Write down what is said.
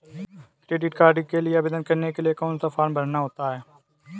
Credit card के लिए आवेदन करने के लिए कौन सा फॉर्म भरना होता है?